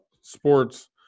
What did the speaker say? sports